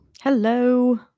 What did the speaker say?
Hello